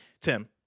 Tim